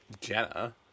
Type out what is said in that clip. Jenna